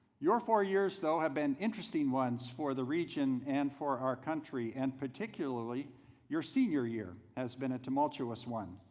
your four years though have been interesting ones for the region and for our country, and particularly your senior year has been a tumultuous one.